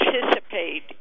Participate